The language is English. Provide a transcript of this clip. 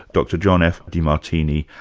dr john f. demartini,